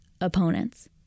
opponents